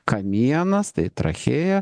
kamienas tai trachėja